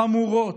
חמורות,